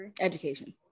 education